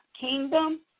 Kingdom